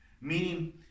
Meaning